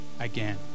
again